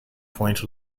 point